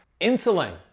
Insulin